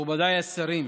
מכובדיי השרים,